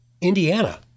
Indiana